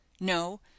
No